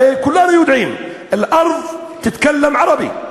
הרי כולנו יודעים, אל-ארד תתכלם ערבי,